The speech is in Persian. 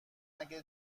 اگه